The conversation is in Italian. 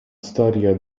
storica